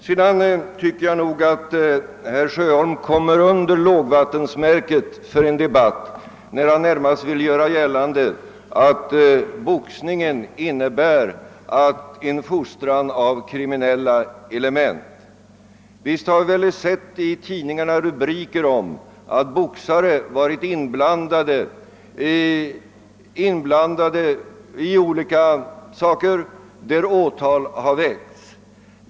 Vidare tycker jag att herr Sjöholm kommer under lågvattensmärket för en debatt, när han närmast vill göra gällande, att boxningen innebär en fostran av kriminella element. Visst har vi väl sett i tidningarna rubriker om att boxare varit inblandade i olika saker där åtal har väckts.